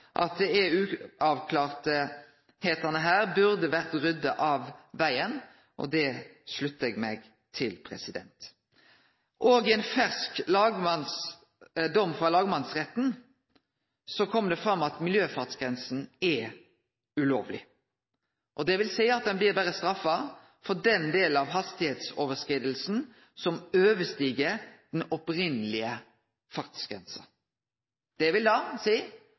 at det som er uavklart her, burde vore rydda av vegen. Det sluttar eg meg til. I ein fersk dom frå lagmannsretten kom det fram at miljøfartsgrensa er ulovleg, dvs. at ein berre blir straffa for den delen av hastigheitsoverskridinga som overstig den opphavlege fartsgrensa. Når miljøfartsgrensa tilseier 60 km/t og ein køyrer i 75 km/t, vil